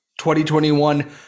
2021